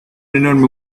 enorme